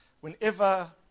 whenever